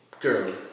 girly